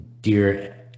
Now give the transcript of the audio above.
Dear